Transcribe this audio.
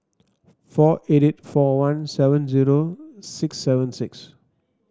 four eight four one seven zero six seven six